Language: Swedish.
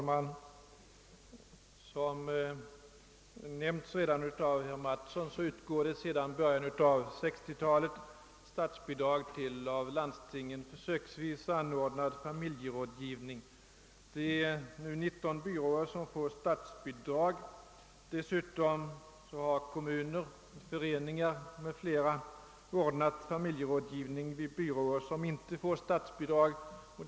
Herr talman! Som .redan nämnts av herr Mattsson utgår sedan början av 1960-talet statsbidrag till av landstingen försöksvis anordnad familjerådgivning. Det är 19 byråer som får statsbidrag. Dessutom har kommuner, föreningar och andra ordnat familjerådgivning vid byråer som inte får statsbidrag.